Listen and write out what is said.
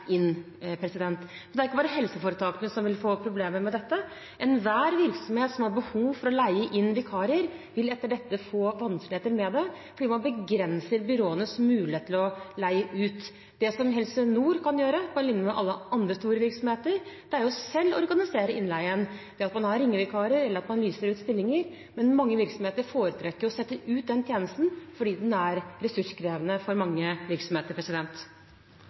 inn. Men det er ikke bare helseforetakene som vil få problemer med dette. Enhver virksomhet som har behov for å leie inn vikarer, vil etter dette få vanskeligheter med det, fordi man begrenser byråenes mulighet til å leie ut. Det som Helse Nord kan gjøre – på linje med alle andre store virksomheter – er å organisere innleien selv, ved at man har ringevikarer, eller ved at man lyser ut stillinger. Men mange virksomheter foretrekker å sette ut denne tjenesten, fordi den er ressurskrevende for mange virksomheter.